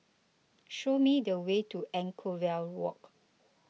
show me the way to Anchorvale Walk